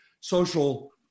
social